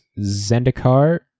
Zendikar